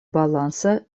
баланса